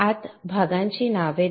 आता भागांची नावे देऊ